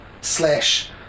slash